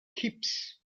keeps